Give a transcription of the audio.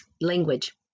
language